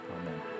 Amen